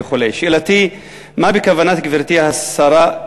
שאלתי היא: מה בכוונת גברתי השרה,